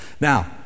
Now